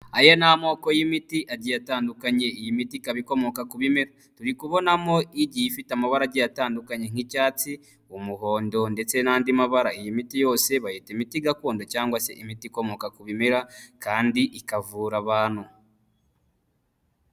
Aya ni amoko y'imiti agiye atandukanye, iyi miti ikaba ikomoka ku bimera. Turi kubonamo igiye ifite amabara agiye atandukanye nk'icyatsi, umuhondo ndetse n'andi mabara. Iyi miti yose bayita imiti gakondo cyangwa se imiti ikomoka ku bimera kandi ikavura abantu.